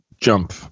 jump